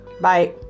Bye